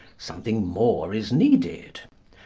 something more is needed.